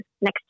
next